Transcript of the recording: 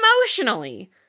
emotionally